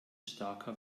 starker